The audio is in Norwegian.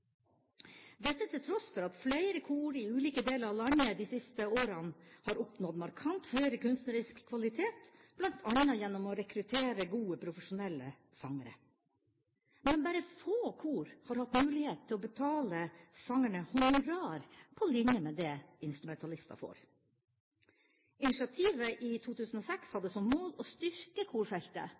dette til tross for at flere kor i ulike deler av landet de siste åra har oppnådd markant høgere kunstnerisk kvalitet, bl.a. gjennom å rekruttere gode profesjonelle sangere. Men bare få kor har hatt mulighet til å betale sangerne honorar på linje med det instrumentalister får. Initiativet i 2006 hadde som mål å styrke korfeltet,